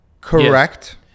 Correct